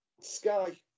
Sky